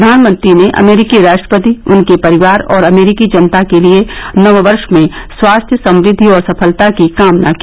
प्रधानमंत्री ने अमरीकी राष्ट्रपति उनके परिवार और अमरीकी जनता के लिए नववर्ष में स्वास्थ्य समृद्धि और सफलता की कामना की